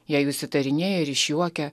jei jus įtarinėja ir išjuokia